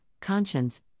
conscience